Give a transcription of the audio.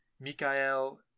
Mikhail